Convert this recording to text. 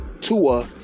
Tua